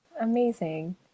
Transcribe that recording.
Amazing